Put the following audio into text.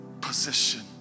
Position